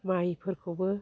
माइफोरखौबो